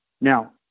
Now